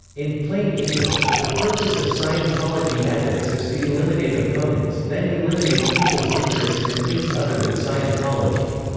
in plain english, the purpose of scientology ethics is to eliminate opponents, then eliminate people's interests in things other than scientology.